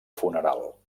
funeral